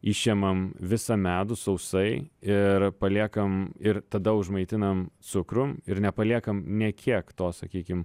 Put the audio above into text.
išimam visą medų sausai ir paliekam ir tada užmaitinam cukrum ir nepaliekam nė kiek to sakykim